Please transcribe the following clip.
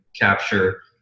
capture